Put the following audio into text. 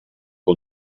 que